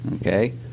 Okay